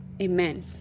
Amen